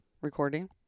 recording